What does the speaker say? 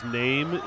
name